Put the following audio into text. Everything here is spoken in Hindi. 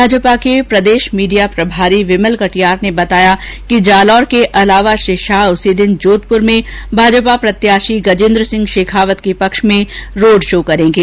भाजपा के प्रदेष मीडिया प्रभारी विमल कटियार ने बताया कि जालौर के अलावा श्री शाह उसी दिन जोधपुर में भाजपा प्रत्याषी गजेन्द्र सिंह शेखावत के पक्ष में रोड शो करेंगे